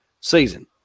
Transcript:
season